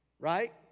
Right